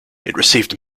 received